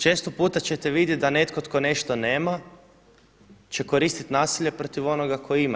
Često puta ćete vidjet da netko tko nešto nema će koristit nasilje protiv onoga tko ima.